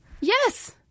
Yes